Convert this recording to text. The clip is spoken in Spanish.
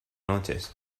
noches